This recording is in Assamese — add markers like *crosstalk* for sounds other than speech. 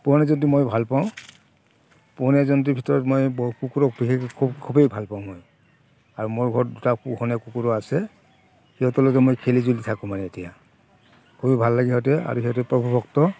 পোহনীয়া জন্তু মই ভাল পাওঁ পোহনীয়া জন্তুৰ ভিতৰত মই কুকুৰক বিশে খুবেই ভাল পাওঁ মই আৰু মোৰ ঘৰত দুটা পোহনীয়া কুকুৰো আছে সিহঁতৰ লগত মই খেলি জুলি থাকোঁ মানে এতিয়া *unintelligible* ভাল লাগে সিহঁতে আৰু সিহঁতো প্ৰভুভক্ত